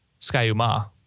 Skyuma